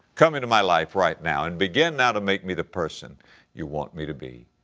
come into my life, right now, and begin now to make me the person you want me to be.